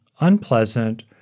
unpleasant